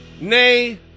nay